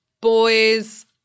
boys